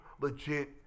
legit